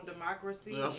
democracy